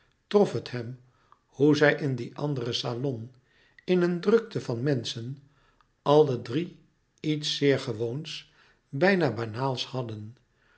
trof het hem hoe zij in dien anderen salon in een drukte van menschen alle drie iets zeer gewoons bijna banaals hadden